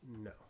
No